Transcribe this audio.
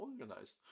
organized